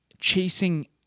chasing